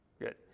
good